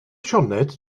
sioned